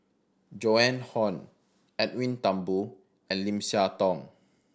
Joan Hon Edwin Thumboo and Lim Siah Tong